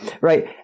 right